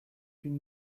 une